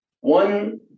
One